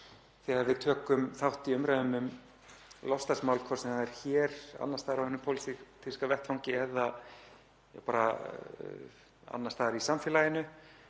þegar við tökum þátt í umræðum um loftslagsmál, hvort sem það er hér eða annars staðar á hinum pólitíska vettvangi, eða annars staðar í samfélaginu,